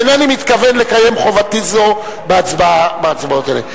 אינני מתכוון לקיים חובתי זו בהצבעות אלה.